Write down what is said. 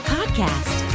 Podcast